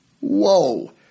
Whoa